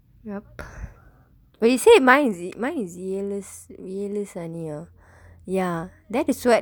but he say mine is ஏழு ஏழு சனி:eezhu eezhu sani ya that is why